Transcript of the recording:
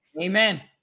Amen